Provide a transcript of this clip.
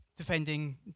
defending